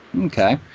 Okay